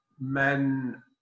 men